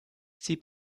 sie